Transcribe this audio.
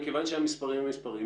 מכיוון שהמספרים הם מספרים,